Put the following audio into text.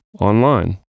online